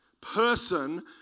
person